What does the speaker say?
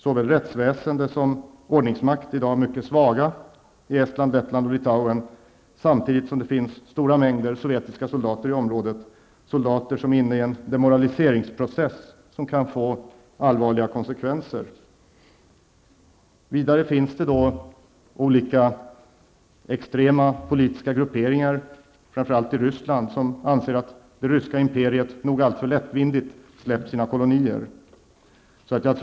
Såväl rättsväsendet som ordningsmakten är i dag mycket svaga i Estland, Lettland och Litauen, samtidigt som det finns stora mängder av sovjetiska soldater i området, soldater som är inne i en demoraliseringsprocess som kan få allvarliga konsekvenser. Vidare finns det olika, extrema, politiska grupperingar, framför allt i Ryssland, som anser att det ryska imperiet nog alltför lättvindigt släppt sina kolonier.